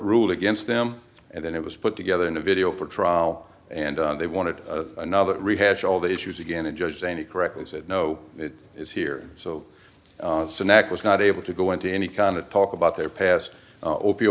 ruled against them and then it was put together in a video for a trial and they wanted another rehash all the issues again a judge saini correctly said no it is here so the neck was not able to go into any kind of talk about their past